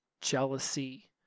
jealousy